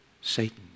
Satan